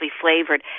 flavored